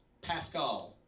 Pascal